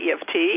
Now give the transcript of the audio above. EFT